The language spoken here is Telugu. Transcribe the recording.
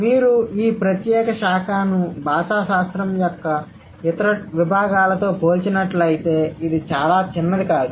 మీరు ఈ ప్రత్యేక శాఖను భాషాశాస్త్రం యొక్క ఇతర విభాగంలతో పోల్చినట్లయితే ఇది చాలా చిన్నది కాదు